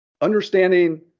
Understanding